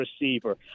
receiver